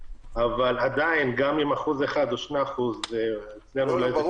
אבל עדיין גם אם 1% או 2% --- זה ברור.